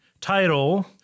Title